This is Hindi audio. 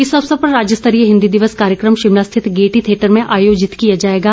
इस अवसर पर राज्य स्तरीय हिंदी दिवस कार्यक्रम शिमला स्थित गेयटी थियेटर में आयोजित किया जाएगा